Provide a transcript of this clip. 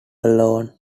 alone